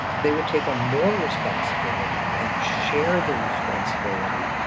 that they would take on more responsibility and share the responsibility.